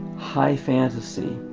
high fantasy